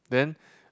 then